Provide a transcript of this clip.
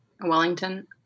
Wellington